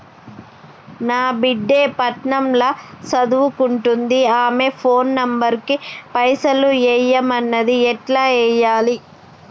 నా బిడ్డే పట్నం ల సదువుకుంటుంది ఆమె ఫోన్ నంబర్ కి పైసల్ ఎయ్యమన్నది ఎట్ల ఎయ్యాలి?